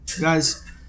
Guys